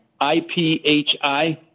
IPHI